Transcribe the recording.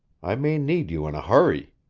i may need you in a hurry.